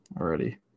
already